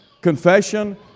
confession